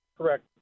Correct